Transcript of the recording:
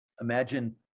imagine